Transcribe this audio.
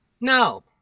No